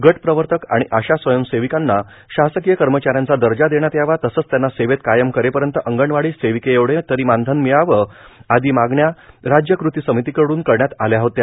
गटप्रवर्तक आणि आशा स्वयंसेविकांना शासकीय कर्मचाऱ्याचा दर्जा देण्यात यावाए तसंच त्यांना सेवेत कायम करेपर्यंत अंगणवाडी सेविकेएवढे तरी मानधन मिळावं आदी मागण्या राज्य कृती समितीकडून करण्यात आल्या होत्या